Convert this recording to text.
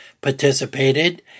participated